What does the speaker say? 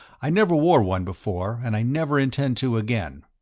i never wore one before and i never intend to again.